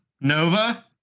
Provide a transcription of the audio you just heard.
Nova